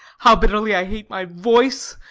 how bitterly i hate my voice,